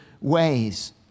ways